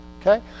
okay